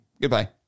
Goodbye